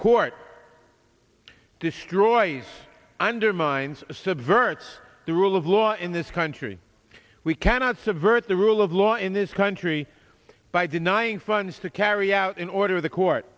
court destroys undermines subverts the rule of law in this country we cannot subvert the rule of law in this country by denying funds to carry out an order of the court